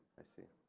i see.